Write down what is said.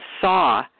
saw